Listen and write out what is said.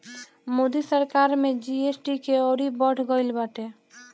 मोदी सरकार में जी.एस.टी के अउरी बढ़ गईल बाटे